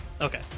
Okay